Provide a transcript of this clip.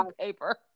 paper